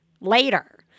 later